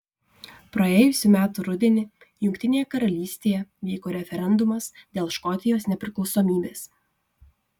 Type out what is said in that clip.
praėjusių metų rudenį jungtinėje karalystėje vyko referendumas dėl škotijos nepriklausomybės